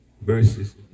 verses